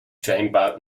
scheinbar